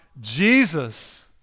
Jesus